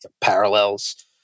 Parallels